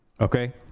okay